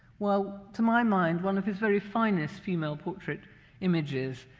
while to my mind, one of his very finest female portrait images,